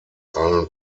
allen